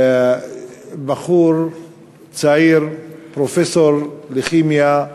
בחור צעיר, פרופסור לכימיה,